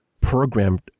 programmed